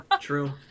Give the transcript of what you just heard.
true